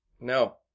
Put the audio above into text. No